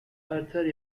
arthur